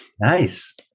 nice